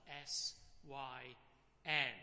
S-Y-N